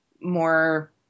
more